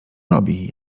robi